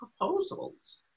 proposals